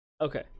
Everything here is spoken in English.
Okay